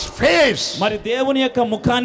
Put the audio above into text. face